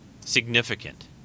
significant